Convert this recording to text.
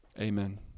Amen